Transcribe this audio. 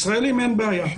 ישראלים אין בעיה,